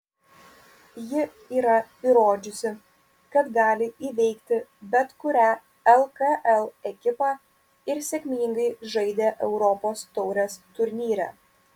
ji yra įrodžiusi kad gali įveikti bet kurią lkl ekipą ir sėkmingai žaidė europos taurės turnyre